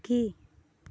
সুখী